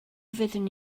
fydden